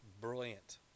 Brilliant